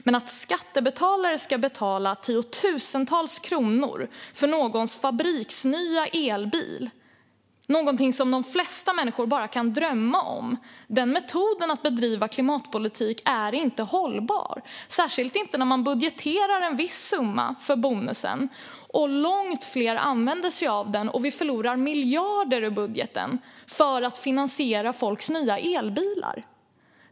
Men när skattebetalare ska betala tiotusentals kronor för någons fabriksnya elbil - någonting som de flesta människor bara kan drömma om - är det en metod att bedriva klimatpolitik som inte är hållbar. Det gäller särskilt när man budgeterar en viss summa för bonusen och långt fler använder sig av den. Då förlorar vi miljarder ur budgeten för att finansiera folks nya elbilar.